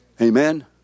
Amen